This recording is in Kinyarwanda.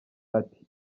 ati